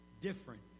Different